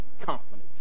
confidence